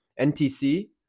NTC